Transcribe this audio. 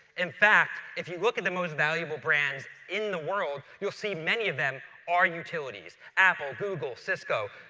in fact, if you look at the most valuable brands in the world, you'll see many of them are utilities. apple, google, cisco,